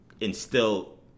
instill